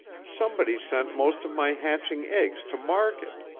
somebody sent most of my hatching eggs to market.